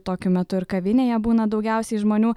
tokiu metu ir kavinėje būna daugiausiai žmonių